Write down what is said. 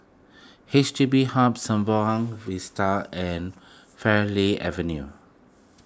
H D B Hub Sembawang Vista and Farleigh Avenue